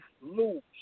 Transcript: lose